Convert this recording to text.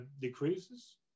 decreases